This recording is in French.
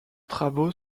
travaux